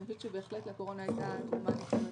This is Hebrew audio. אז בהחלט לקורונה הייתה תרומה לזה.